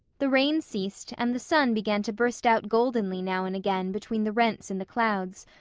the rain ceased and the sun began to burst out goldenly now and again between the rents in the clouds,